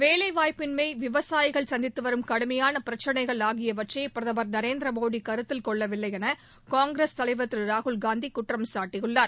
வேலைவாய்ப்பின்மை விவசாயிகள் சந்தித்து வரும் கடுமையான பிரச்சினைகள் ஆகியவற்றை பிரதமர் திரு நரேந்திர மோடி கருத்தில் கொள்ளவில்லை என காங்கிரஸ் தலைவர் திரு ராகுல்காந்தி குற்றம்சாட்டியுள்ளார்